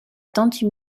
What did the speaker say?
tante